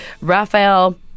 Raphael